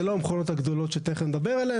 זה לא המכונות הגדולות שתיכף נדבר עליהן.